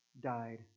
died